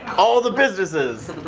all the businesses.